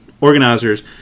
organizers